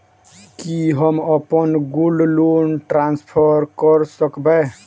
की हम अप्पन gold loan transfer करऽ सकबै?